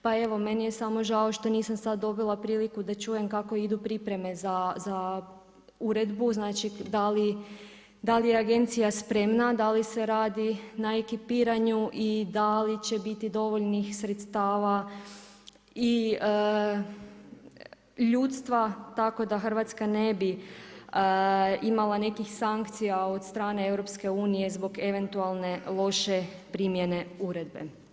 Pa evo meni je samo žao što nisam sad dobila priliku da čujem kako idu pripreme za uredbu, znači da li je Agencija spremna, da li se radi na ekipiranju i da li će biti dovoljnih sredstava i ljudstva tako da Hrvatska ne bi imala nekih sankcija od strane Europske unije zbog eventualne loše primjene uredbe.